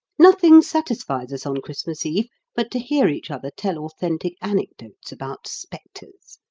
nothing satisfies us on christmas eve but to hear each other tell authentic anecdotes about spectres.